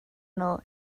nhw